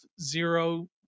zero